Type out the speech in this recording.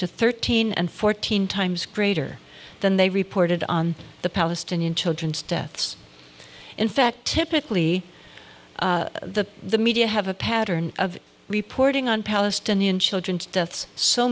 to thirteen and fourteen times greater than they reported on the palestinian children's deaths in fact typically the the media have a pattern of reporting on palestinian children deaths so